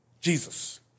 Jesus